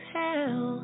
tell